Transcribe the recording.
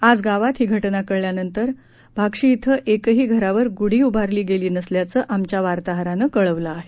आज गावात ही घटना कळल्यानंतर भाक्षी इथं एकही घरावर गुढी उभारली गेली नसल्याचं आमच्या वार्ताहरानं कळवलं आहे